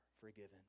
forgiven